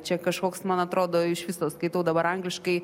čia kažkoks man atrodo iš viso skaitau dabar angliškai